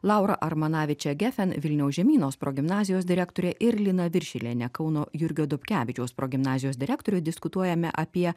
laura armanaviče gefen vilniaus žemynos progimnazijos direktorė ir lina viršilienė kauno jurgio dobkevičiaus progimnazijos direktoriu diskutuojame apie